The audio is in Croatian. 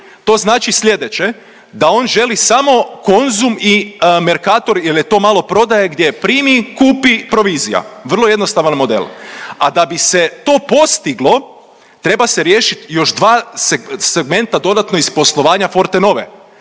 to znači sljedeće, da on želi samo Konzum i Merkator jel je to maloprodaja gdje primi, kupi, provizija vrlo jednostavan model. A da bi se to postiglo treba se riješit još dva segmenta dodatno iz poslovanja Fortenove.